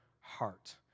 Heart